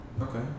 Okay